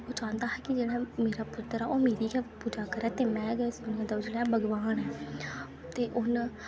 ओह् चाह्ंदा हा की जेह्ड़ा मेरा पुत्र ऐ ओह् मेरी गै पूजा करै ते मैं गै भगवान आं ते उन